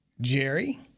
Jerry